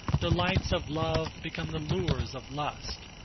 delights of love become the lures of lust,